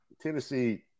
Tennessee